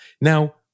Now